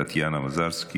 טטיאנה מזרסקי,